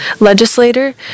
legislator